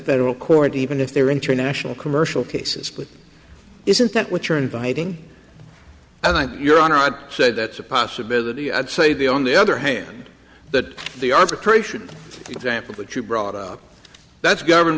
federal court even if they're international commercial cases but isn't that what you're inviting i think your honor i'd say that's a possibility i'd say the on the other hand that the arbitration example that you brought up that's governed